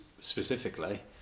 specifically